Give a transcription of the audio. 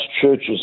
churches